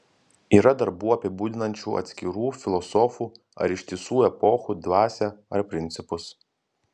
yra darbų apibūdinančių atskirų filosofų ar ištisų epochų dvasią ar principus